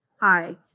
Hi